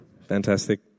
Fantastic